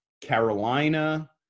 Carolina